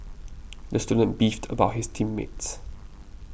the student beefed about his team mates